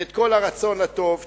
ואת כל הרצון הטוב תפנה,